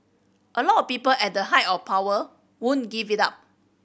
a lot of people at the height of power wouldn't give it up